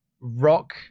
rock